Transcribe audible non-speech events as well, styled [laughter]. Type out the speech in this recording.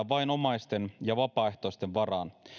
[unintelligible] vain omaisten ja vapaaehtoisten varaan